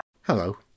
Hello